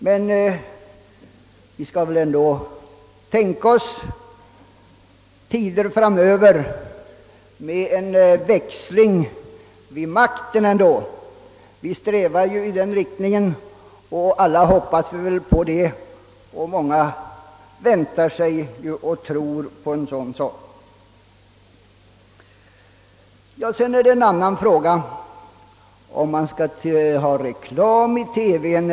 Men vi skall väl ändå tänka oss tider framöver med en växling vid makten. Vi strävar ju i den riktningen, och vi är många som hoppas och tror på en sådan sak. Vi skall komma ihåg att TV är ett massmedium med stor räckvidd och mycket stor betydelse. Det är fråga om att samhället skall lämna licenser för begagnande av detta massmedium.